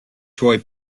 joy